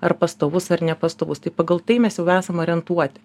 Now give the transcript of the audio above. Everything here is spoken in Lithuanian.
ar pastovus ar nepastovus tai pagal tai mes jau esam orientuoti